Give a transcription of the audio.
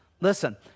Listen